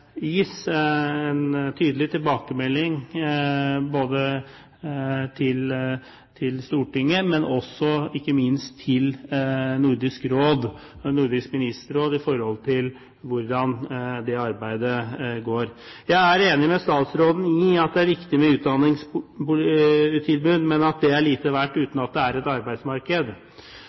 gis en tydelig tilbakemelding både til Stortinget og ikke minst til Nordisk Råd, Nordisk Ministerråd, om hvordan det arbeidet går. Jeg er enig med statsråden i at det er viktig med utdanningstilbud, men at det er lite verdt uten at det er et arbeidsmarked.